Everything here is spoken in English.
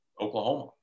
Oklahoma